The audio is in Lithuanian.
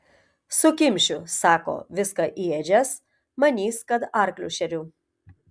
sukimšiu sako viską į ėdžias manys kad arklius šeriu